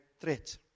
threat